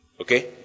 Okay